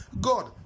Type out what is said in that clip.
God